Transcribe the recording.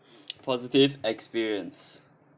positive experience